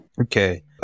Okay